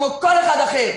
כמו כל אחד אחר,